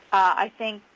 i think,